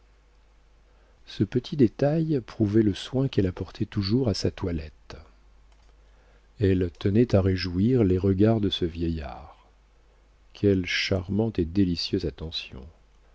ce petit détail prouvait le soin qu'elle apportait toujours à sa toilette elle tenait à réjouir les regards de ce vieillard quelle charmante et délicieuse attention